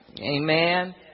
Amen